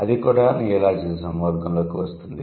అది కూడా నియోలాజిజం వర్గంలోకి వస్తుంది